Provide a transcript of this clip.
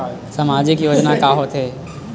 सामाजिक योजना का होथे?